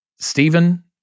Stephen